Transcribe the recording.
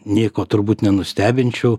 nieko turbūt nenustebinčiau